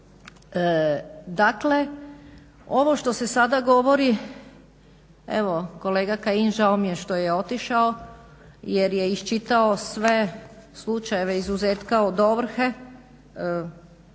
Dakle, ovo što se sada govori, evo kolega Kajin žao mi je što je otišao jer je iščitao sve slučajeve izuzetka od ovrhe